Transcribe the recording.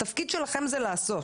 התפקיד שלכם זה לעשות.